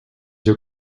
your